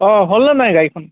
অ হ'লনে নাই গাড়ীখন